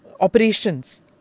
operations